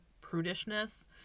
prudishness